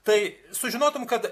tai sužinotum kad